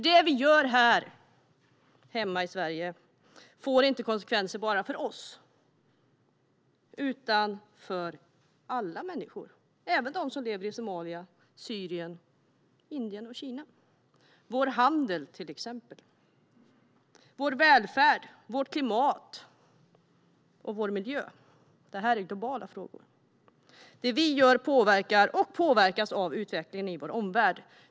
Det vi gör här hemma i Sverige får nämligen konsekvenser inte bara för oss utan för alla människor, även för dem som lever i Somalia, Syrien, Indien och Kina. Det gäller exempelvis vår handel, vår välfärd, vårt klimat och vår miljö. Allt detta är globala frågor. Det vi gör påverkar och påverkas av utvecklingen i omvärlden.